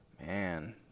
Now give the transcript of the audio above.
man